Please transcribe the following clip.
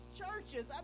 churches